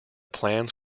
plans